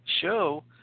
Show